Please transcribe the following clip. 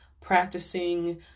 practicing